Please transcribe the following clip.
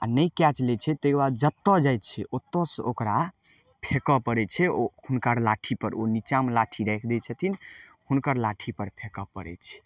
आओर नहि कैच लै छै तैके बाद जतऽ जाइ छै ओतऽसँ ओकरा फेकऽ पड़य छै ओ हुनकर लाठीपर ओ नीचाँमे लाठी राखि दै छथिन हुनकर लाठीपर फेकऽ पड़य छै